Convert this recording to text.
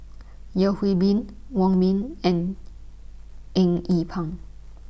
Yeo Hwee Bin Wong Ming and Eng Yee Peng